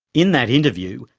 in that interview,